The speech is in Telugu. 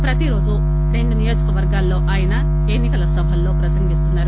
ప్రతి రోజు రెండు నియోజకవర్గాల్లో ఆయన ఎన్ని కల సభల్లో ప్రసంగిస్తున్నారు